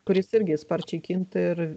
kuris irgi sparčiai kinta ir